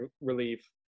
relief